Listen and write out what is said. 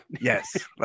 Yes